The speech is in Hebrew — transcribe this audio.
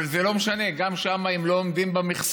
אבל זה לא משנה, גם שם אם הם לא עומדים במכסות